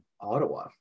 Ottawa